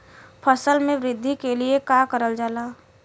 फसल मे वृद्धि के लिए का करल जाला?